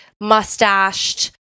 mustached